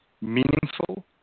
meaningful